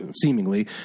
seemingly